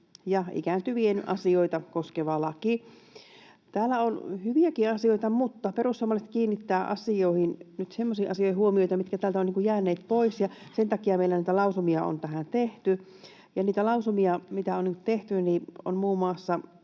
ja ikääntyvien asioita koskeva laki. Täällä on hyviäkin asioita, mutta perussuomalaiset kiinnittävät nyt semmoisiin asioihin huomiota, mitkä täältä ovat jääneet pois, ja sen takia meillä niitä lausumia on tähän tehty. Niitä lausumia, mitä on nyt tehty, on muun muassa